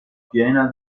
piena